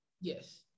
Yes